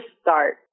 start